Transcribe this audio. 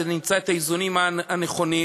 ונמצא את האיזונים הנכונים,